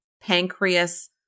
pancreas